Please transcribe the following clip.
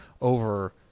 over